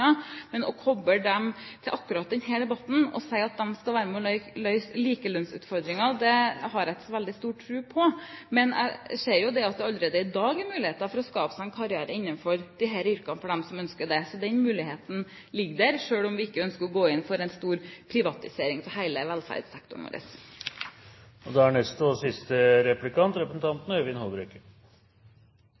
og disse ideelle aktørene på veldig mange sektorer, og ønsker at de skal være til stede fordi de representerer noe annet. Men å koble dem til akkurat denne debatten og si at de skal være med og løse likelønnsutfordringen – det har jeg ikke så veldig stor tro på. Jeg ser at det allerede i dag er muligheter for å skape seg en karriere innenfor disse yrkene for dem som ønsker det. Den muligheten ligger der, selv om vi ikke ønsker å gå inn for en stor privatisering av hele velferdssektoren vår.